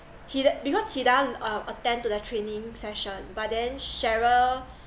hida~ because hidayah uh attend to that training session but then cheryl